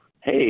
hey